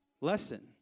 lesson